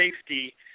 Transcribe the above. safety